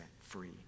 free